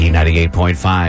98.5